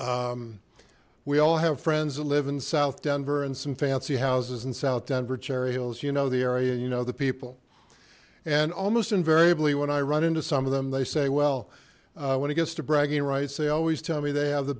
thought we all have friends that live in south denver and some fancy houses in south denver cherry hills you know the area you know the people and almost invariably when i run into some of them they say well when it gets to bragging rights they always tell me they